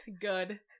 good